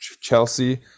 Chelsea